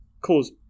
cause